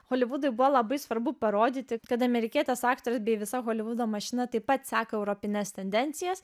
holivudui buvo labai svarbu parodyti kad amerikietės aktorės bei visa holivudo mašina taip pat seka europines tendencijas